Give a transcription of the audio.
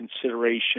consideration